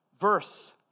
verse